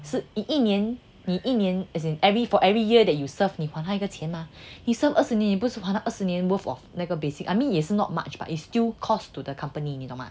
是一一年你一年 as in every for every year that you serve 你还他一个钱 mah he served 二十年你不是还他二十年 worth of 那个 basic I mean 也是 not much lah but it's still cost to the company 你懂吗